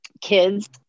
kids